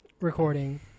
recording